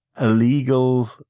illegal